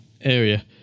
area